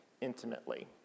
intimately